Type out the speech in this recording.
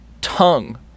tongue